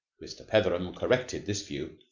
mr. petheram corrected this view.